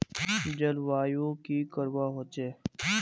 जलवायु की करवा होचे?